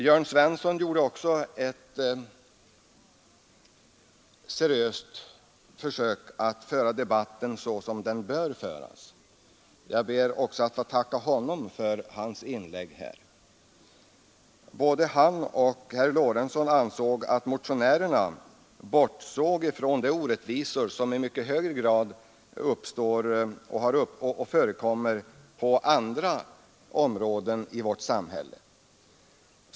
Jörn Svensson gjorde också ett försök att föra debatten som den bör föras. Jag ber att få tacka även honom för hans inlägg. Både han och herr Lorentzon menade att motionärerna bortsåg från de orättvisor som i mycket högre grad uppstår och förekommer på andra områden i vårt samhälle.